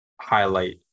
highlight